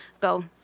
go